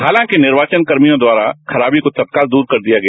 हालांकि निर्वाचन कर्मियों द्वारा खराबी को तत्काल दूर कर दिया गया